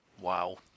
Wow